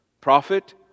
Prophet